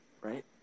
Right